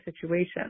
situation